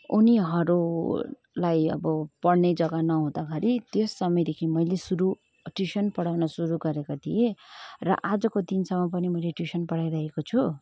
उनीहरूलाई अब पढ्ने जग्गा नहुँदाखेरि त्यस समयदेखि मैले सुरू ट्युसन पढाउन सुरू गरेका थिएँ र आजको दिनसम्म पनि मैले ट्युसन पढाइरहेको छु